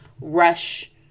rush